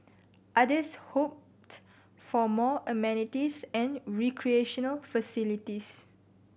others hoped for more amenities and recreational facilities